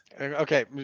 Okay